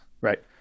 Right